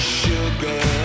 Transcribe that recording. sugar